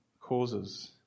causes